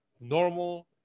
normal